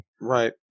Right